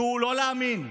ולא להאמין,